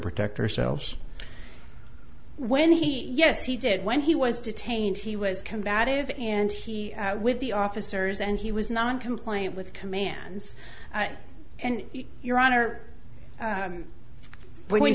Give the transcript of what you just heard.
protect ourselves when he yes he did when he was detained he was combative and he with the officers and he was non compliant with commands and your honor when